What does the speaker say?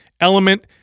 Element